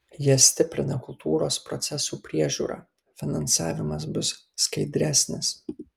jie stiprina kultūros procesų priežiūrą finansavimas bus skaidresnis